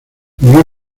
vivió